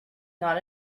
not